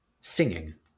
Singing